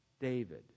David